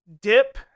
dip